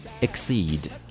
Exceed